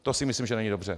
To si myslím, že není dobře.